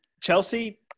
Chelsea